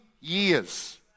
years